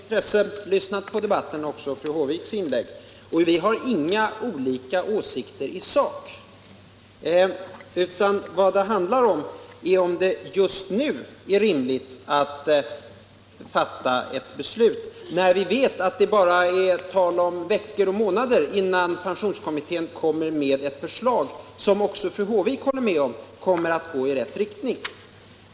Herr talman! Jag har med intresse lyssnat på debatten och också på Doris Håviks inlägg. Vi har inga olika åsikter i sak. Vad det gäller är om det just nu är rimligt att fatta ett beslut, när vi vet att det bara dröjer veckor eller månader innan pensionskommittén kommer med ett förslag som — det håller också Doris Håvik med om — kommer att gå i rätt riktning.